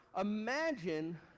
imagine